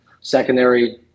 secondary